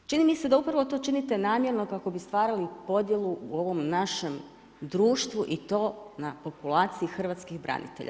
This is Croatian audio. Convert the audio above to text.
Čini mi se da upravo to činite namjerno kako bi stvarali podjelu u ovom našem društvu i to na populaciji hrvatskih branitelja.